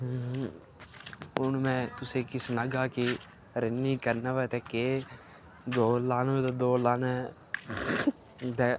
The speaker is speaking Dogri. हून मैं तुसें कि सनागा कि रन्निंग करना होए ते केह् दौड़ लानी होए ते दौड़ लाने ते